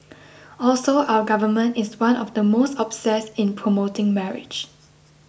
also our Government is one of the most obsessed in promoting marriage